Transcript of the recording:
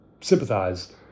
sympathize